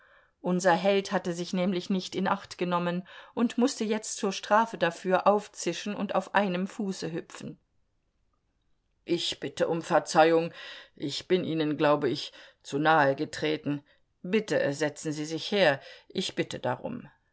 unser held hatte sich nämlich nicht in acht genommen und mußte jetzt zur strafe dafür aufzischen und auf einem fuße hüpfen ich bitte um verzeihung ich bin ihnen glaube ich zu nahe getreten bitte setzen sie sich her ich bitte darum